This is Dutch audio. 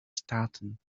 staten